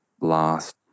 last